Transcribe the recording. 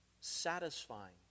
satisfying